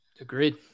Agreed